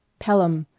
pelham!